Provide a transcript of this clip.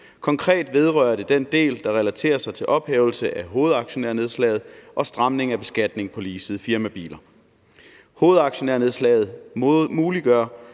Konkret vedrører det den del, der relaterer sig til ophævelse af hovedaktionærnedslaget og stramning af beskatning på leasede firmabiler. Hovedaktionærnedslaget muliggør,